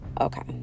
okay